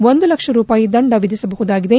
ಒಂದು ಲಕ್ಷ ರೂಪಾಯಿ ದಂಡ ವಿಧಿಸಬಹುದಾಗಿದೆ